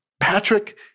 Patrick